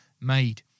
made